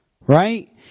right